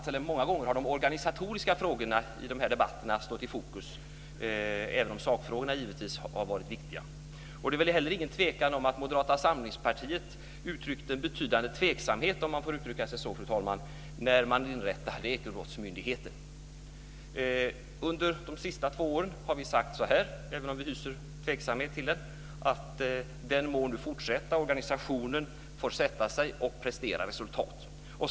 Många gånger har de organisatoriska frågorna stått i fokus i dessa debatter, även om sakfrågorna givetvis har varit viktiga. Det är heller ingen tvekan om att Moderata samlingspartiet har uttryckt en betydande tveksamhet, om jag får uttrycka mig så, när man inrättade Ekobrottsmyndigheten. Under de senaste två åren har vi moderater sagt, även om vi hyser tveksamhet till det, att den nu må fortsätta. Organisationen får sätta sig och prestera resultat.